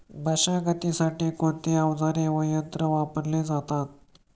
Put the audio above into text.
मशागतीसाठी कोणते अवजारे व यंत्र वापरले जातात?